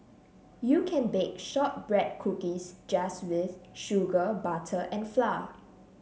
you can bake shortbread cookies just with sugar butter and flour